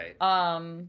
right